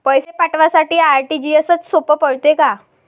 पैसे पाठवासाठी आर.टी.जी.एसचं सोप पडते का?